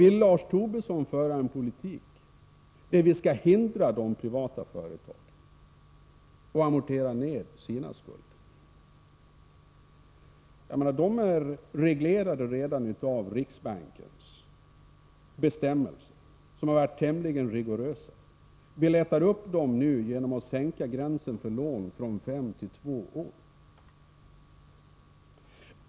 Vill Lars Tobisson föra en politik där vi skall hindra de privata företagen att amortera ned sina skulder? De är redan reglerade av riksbankens bestämmelser, som har varit tämligen rigorösa. Vi lättar nu upp dem genom att sänka gränsen för lånen från fem till två år.